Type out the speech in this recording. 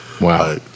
Wow